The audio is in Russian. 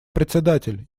председатель